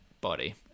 body